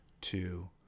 two